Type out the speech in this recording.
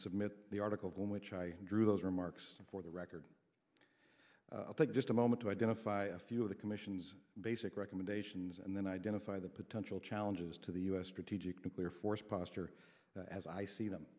submit the article in which i drew those remarks for the record i'll take just a moment to identify a few of the commission's basic recommendations and then identify the potential challenges to the u s strategic nuclear force posture that as i see them